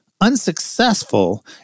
Unsuccessful